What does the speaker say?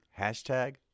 hashtag